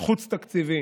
חוץ-תקציבי